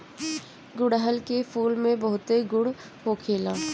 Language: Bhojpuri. गुड़हल के फूल में बहुते गुण होखेला